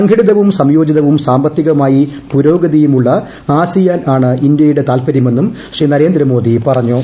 സംഘടിതവും സംയോജിതവും സാമ്പത്തികമായി പുരോഗതിയുമുള്ള ആസിയാൻ ആണ് ഇന്ത്യയുടെ തല്പര്യമെന്നും ശ്രീ നരേന്ദ്രമോദി പറഞ്ഞു